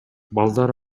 балдар